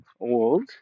old